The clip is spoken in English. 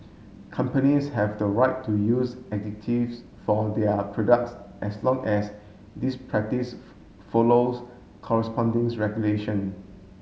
companies have the right to use additives for their products as long as this practice follows correspondings regulation